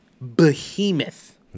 behemoth